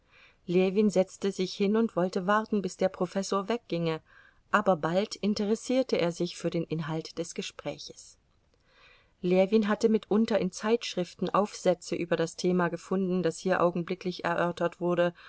ljewin setzte sich hin und wollte warten bis der professor weg ginge aber bald interessierte er sich für den inhalt des gespräches ljewin hatte mitunter in zeitschriften aufsätze über das thema gefunden das hier augenblicklich erörtert wurde